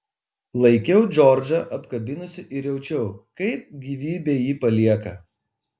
laikiau džordžą apkabinusi ir jaučiau kaip gyvybė jį palieka